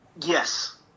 Yes